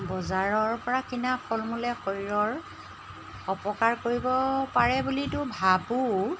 বজাৰৰপৰা কিনা ফল মূলে শৰীৰৰ অপকাৰ কৰিব পাৰে বুলিতো ভাবোঁ